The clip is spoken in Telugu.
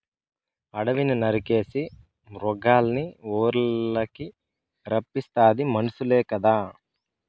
అడివిని నరికేసి మృగాల్నిఊర్లకి రప్పిస్తాది మనుసులే కదా